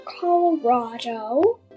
Colorado